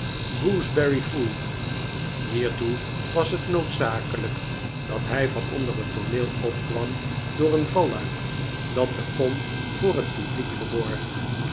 gooseberry fool hiertoe was het noodzakelijk dat hij van onder het tooneel opkwam door een valluik dat de kom voor het publiek verborg